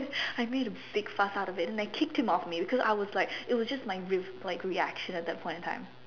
I made a big fuss out of it and I kicked him off me because I was like it was just my ref~ like reaction at that point of time